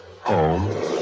Home